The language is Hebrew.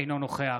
אינו נוכח